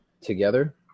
together